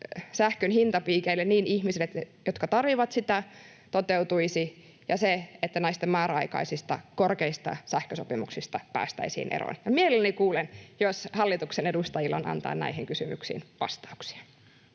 sähkön hintapiikeistä niille ihmisille, jotka sitä tarvitsevat, ja se, että näistä määräaikaisista, korkeahintaisista sähkösopimuksista päästäisiin eroon. Mielelläni kuulen, jos hallituksen edustajilla on antaa näihin kysymyksiin vastauksia.